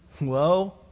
Whoa